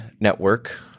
network